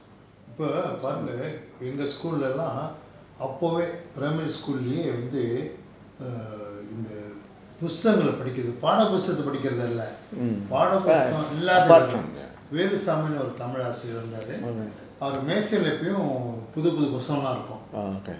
இப்ப பாருங்க எங்க:ippa paarunka enga school லல்லாம் அப்பவே:lallaam appavae primary school லியே வந்து:liye vanthu err இந்த புஸ்தகங்களை படிக்கிறது பாடப்புஸ்தகத்தை படிக்கிறது அல்ல பாடப்புஸ்தகம் இல்லாதவ வரும்:intha pusthahankalai padikkirathu paadappusthahathai padikkirathu alla paadappusthaham illathava varum velusaami ன்னு ஒரு:nnu oru tamil ஆசிரியர் இருந்தாரு அவரு மேசைல எப்பயும் புது புது புஸ்தகன்லாம் இருக்கும்:aasiriyar irunthaaru avaru mesaila eppayum puthu puthu pusthahanlaam irukkum